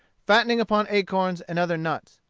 fattening upon acorns and other nuts.